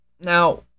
now